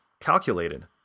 calculated